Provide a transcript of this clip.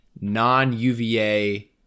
non-UVA